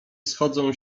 schodzą